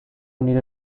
nire